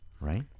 right